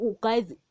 Guys